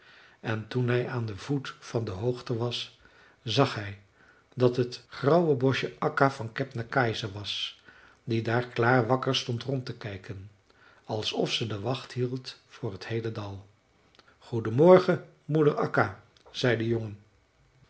en toen hij aan den voet van de hoogte was zag hij dat het grauwe boschje akka van kebnekaise was die daar klaar wakker stond rond te kijken alsof ze de wacht hield voor het heele dal goeden morgen moeder akka zei de jongen